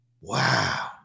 wow